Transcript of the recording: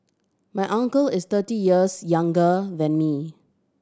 my uncle is thirty years younger than me